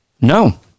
No